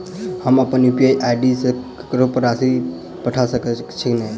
हम अप्पन UPI ID सँ ककरो पर राशि पठा सकैत छीयैन?